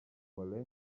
paulin